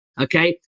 okay